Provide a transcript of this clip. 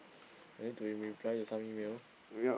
I need to re~ reply to some email